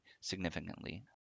significantly